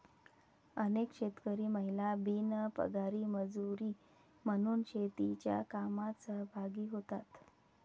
अनेक शेतकरी महिला बिनपगारी मजुरी म्हणून शेतीच्या कामात सहभागी होतात